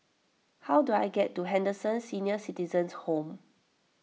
how do I get to Henderson Senior Citizens' Home